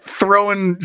throwing